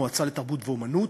המועצה לתרבות ואמנות,